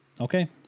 Okay